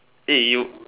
eh you